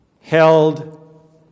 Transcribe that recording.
held